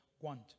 want